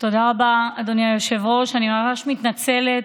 תודה רבה, אדוני היושב-ראש, אני ממש מתנצלת,